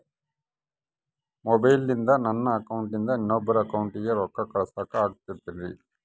ಮೊಬೈಲಿಂದ ನನ್ನ ಅಕೌಂಟಿಂದ ಇನ್ನೊಬ್ಬರ ಅಕೌಂಟಿಗೆ ರೊಕ್ಕ ಕಳಸಾಕ ಆಗ್ತೈತ್ರಿ?